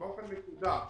באופן מסודר.